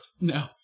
No